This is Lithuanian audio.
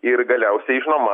ir galiausiai žinoma